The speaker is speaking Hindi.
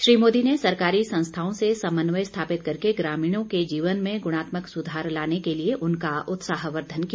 श्री मोदी ने सरकारी संस्थाओं से समन्वय स्थापित करके ग्रामीणों के जीवन में गुणात्मक सुधार लाने के लिए उनका उत्साहवर्धन किया